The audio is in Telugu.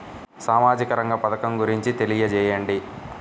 సామాజిక రంగ పథకం గురించి తెలియచేయండి?